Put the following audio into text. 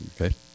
Okay